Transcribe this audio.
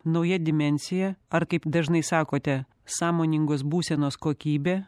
nauja dimensija ar kaip dažnai sakote sąmoningos būsenos kokybė